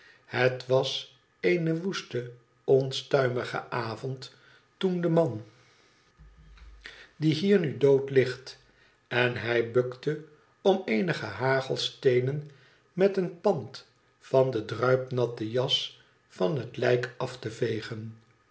het was een woeste onstuimige avond toen de man die hier nu dood ligt en hij bukte om eenige hagelsteenen met een pand van de druipnatte jas van het lijk af te vegen